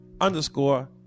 underscore